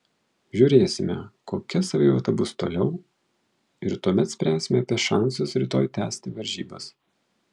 žiūrėsime kokia savijauta bus toliau ir tuomet spręsime apie šansus rytoj tęsti varžybas